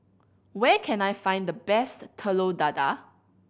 where can I find the best Telur Dadah